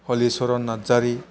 Halicharan Narzary